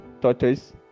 tortoise